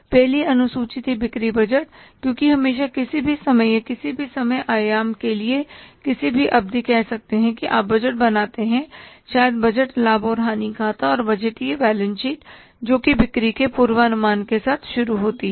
पहली अनुसूची थी बिक्री बजट क्योंकि हमेशा किसी भी समय या किसी भी समय आयाम के लिए किसी भी अवधि कह सकते हैं कि आप बजट बनाते हैं शायद बजट लाभ और हानि खाता और बजटीय बैलेंस शीट जोकि बिक्री के पूर्वानुमान के साथ शुरू होती है